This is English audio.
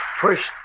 first